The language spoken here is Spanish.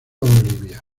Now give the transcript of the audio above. bolivia